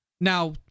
Now